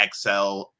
XL